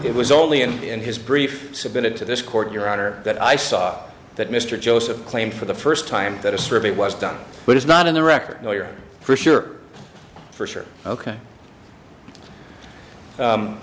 it was only and in his brief submitted to this court your honor that i saw that mr joseph claimed for the first time that a survey was done which is not in the record lawyer for sure for sure ok